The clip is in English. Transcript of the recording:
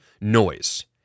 noise